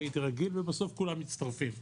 הייתי רגיל ובסוף כולם מצטרפים.